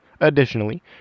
Additionally